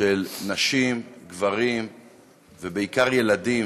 של נשים, גברים ובעיקר ילדים